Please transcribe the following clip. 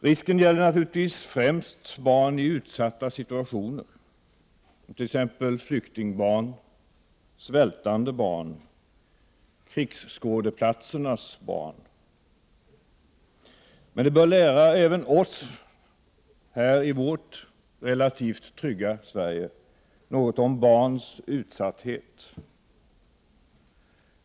Risken är naturligtvis störst för barn i utsatta situationer, t.ex. flyktingbarn, svältande barn, krigsskådeplatsernas barn. Men det bör lära även oss här i vårt relativt trygga Sverige något om barns utsatthet.